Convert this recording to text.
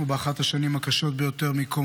אנחנו באחת השנים הקשות ביותר מקום